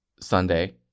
Sunday